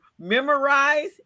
memorize